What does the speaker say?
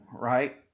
right